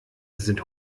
sind